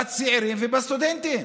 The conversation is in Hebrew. בצעירים ובסטודנטים.